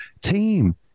team